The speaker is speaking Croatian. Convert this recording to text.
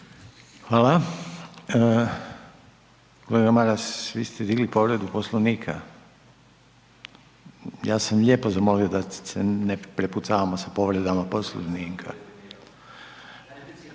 Hvala. Kolega Maras, vi ste digli povredu Poslovnika. Ja sam lijepo zamolio da se ne prepucavamo sa povredama Poslovnika.